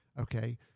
okay